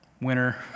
winner